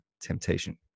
temptation